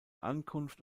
ankunft